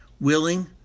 willing